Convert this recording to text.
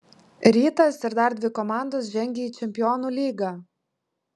rytas ir dar dvi komandos žengia į čempionų lygą